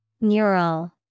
Neural